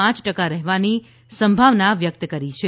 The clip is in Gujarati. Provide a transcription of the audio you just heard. પ ટકા રહેવાની સંભાવના વ્યકત કરી છે